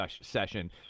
session